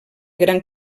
gran